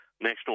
National